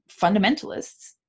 fundamentalists